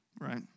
Right